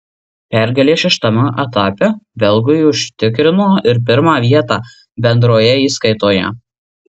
pergalė šeštajame etape belgui užtikrino ir pirmą vietą bendroje įskaitoje